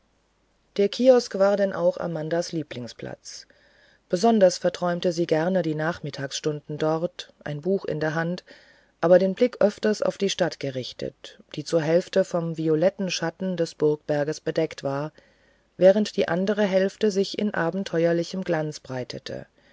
der kiosk war denn auch amandas lieblingsplatz besonders verträumte sie gerne die nachmittagsstunden dort ein buch in der hand aber den blick öfters auf die stadt gerichtet die zur hälfte vom violetten schatten des burgberges bedeckt war während die andere hälfte sich in abenteuerlichem glanz breitete